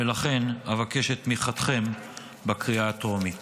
ולכן אבקש את תמיכתכם בקריאה הטרומית.